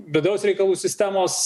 vidaus reikalų sistemos